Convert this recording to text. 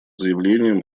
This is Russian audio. заявлением